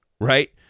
right